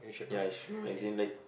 ya as you know as in like